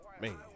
Man